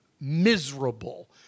miserable